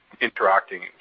interacting